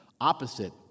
opposite